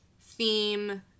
theme